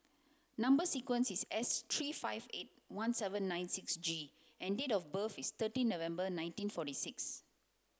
number sequence is S three five eight one seven nine six G and date of birth is thirteen November nineteen forty six